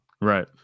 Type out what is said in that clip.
Right